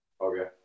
Okay